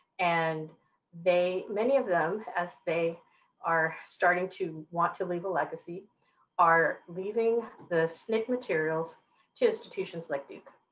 and they many of them as they are starting to want to leave a legacy are leaving the sncc materials to institutions like duke.